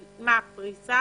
קיצור.